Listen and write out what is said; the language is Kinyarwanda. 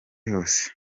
yose